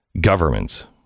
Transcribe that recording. governments